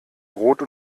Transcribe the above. rot